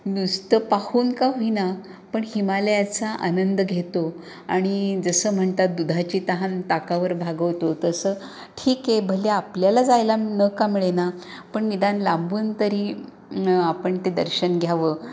नुसतं पाहून का होईना पण हिमालयाचा आनंद घेतो आणि जसं म्हणतात दुधाची तहान ताकावर भागवतो तसं ठीक आहे भले आपल्याला जायला न का मिळेना पण निदान लांबून तरी आपण ते दर्शन घ्यावं